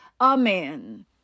Amen